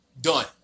done